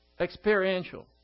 Experiential